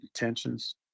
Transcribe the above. intentions